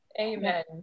amen